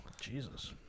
Jesus